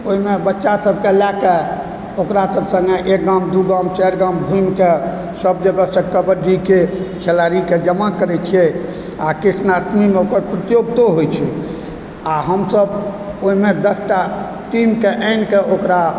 ओहिमे बच्चा सभकेँ लअ कऽ ओकरा सभ सङ्गे एक गाम दू गाम चारि गाम घुमि कऽ सभ जगहसँ कबड्डीके खेलाड़ीकेँ जमा करै छियै आओर कृष्णाष्टमीमे ओकर प्रतियोगितो होइत छै आओर हमसभ ओहिमे दसटा टीमकेँ आनिकऽ ओकरा